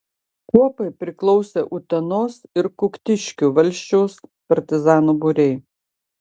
kuopai priklausė utenos ir kuktiškių valsčiaus partizanų būriai